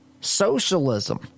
socialism